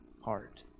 heart